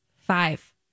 Five